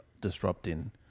disrupting